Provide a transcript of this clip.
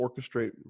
orchestrate